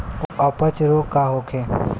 अपच रोग का होखे?